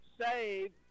save